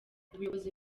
ubuyobozi